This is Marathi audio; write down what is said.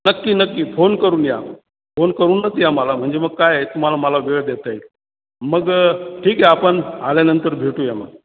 नक्की नक्की फोन करून या फोन करूनच या मला म्हणजे मग काय आहे तुम्हाला मला वेळ देता येईल मग ठीक आहे आपण आल्यानंतर भेटूया मग